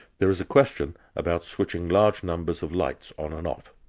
there is a question about switching large numbers of lights on and off.